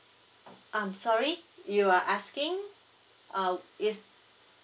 um sorry you were asking uh is